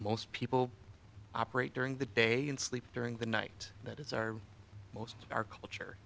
most people operate during the day and sleep during the night that is our most of our culture